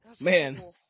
Man